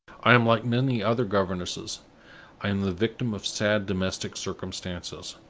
i am like many other governesses i am the victim of sad domestic circumstances.